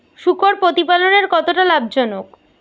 শূকর প্রতিপালনের কতটা লাভজনক?